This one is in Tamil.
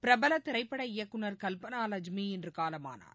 பிரபல திரைப்பட இயக்குநர் கல்பனா லஜ்மி இன்று காலமானார்